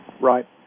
Right